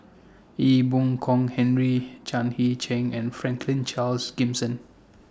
Ee Boon Kong Henry Chan Heng Chee and Franklin Charles Gimson